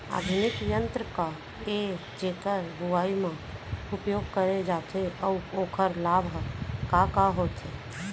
आधुनिक यंत्र का ए जेकर बुवाई म उपयोग करे जाथे अऊ ओखर लाभ ह का का होथे?